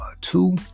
two